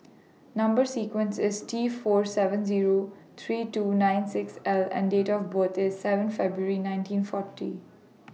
Number sequence IS T four seven Zero three two nine six L and Date of birth IS seven February nineteen forty